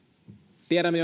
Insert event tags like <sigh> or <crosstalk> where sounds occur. tiedämme <unintelligible>